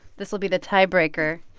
this will be the tiebreaker.